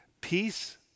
peace